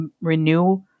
renew